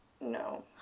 no